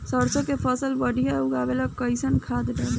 सरसों के फसल बढ़िया उगावे ला कैसन खाद डाली?